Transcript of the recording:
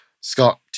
Scott